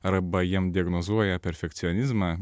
arba jiem diagnozuoja perfekcionizmą